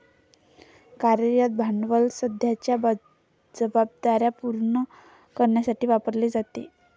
कार्यरत भांडवल सध्याच्या जबाबदार्या पूर्ण करण्यासाठी वापरले जाते